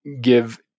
give